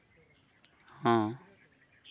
ᱦᱮᱸ